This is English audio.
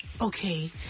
Okay